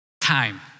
time